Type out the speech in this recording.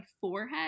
forehead